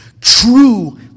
true